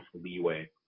leeway